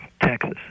Texas